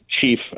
chief